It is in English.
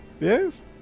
Yes